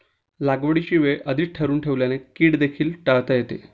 लागवडीची वेळ आधीच ठरवून ठेवल्याने कीड देखील टाळता येते